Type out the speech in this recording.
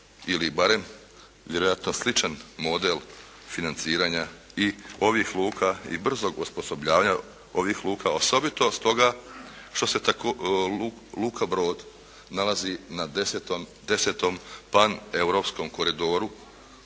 ili barem vjerojatno sličan model financiranja i ovih luka i brzog osposobljavanja ovih luka osobito stoga što se Luka Brod nalazi na 10 pan europskom koridoru